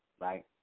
right